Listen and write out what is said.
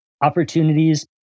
opportunities